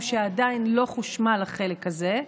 כיוון שעדיין לא חושמל החלק הזה.